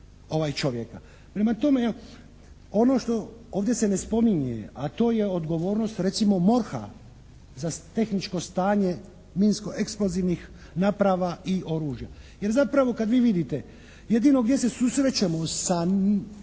na čovjeka. Prema tom jel, ono što, ovdje se ne spominje, a to je odgovornost recimo MORH-a za tehničko stanje minsko-eksplozivni naprava i oružja. Jer zapravo kad vi vidite jedino gdje se susrećemo sa